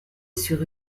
sur